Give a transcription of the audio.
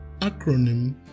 acronym